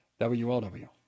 WLW